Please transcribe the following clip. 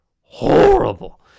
horrible